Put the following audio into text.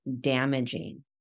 damaging